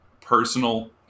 personal